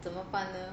怎么办呢